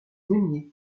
meuniers